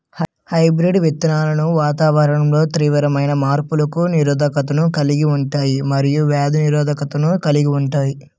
hybrid విత్తనాలు వాతావరణంలో తీవ్రమైన మార్పులకు నిరోధకతను కలిగి ఉంటాయి మరియు వ్యాధి నిరోధకతను కలిగి ఉంటాయి